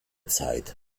zeit